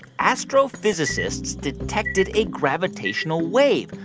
astrophysicists detected a gravitational wave,